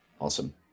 Awesome